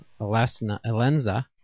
Alenza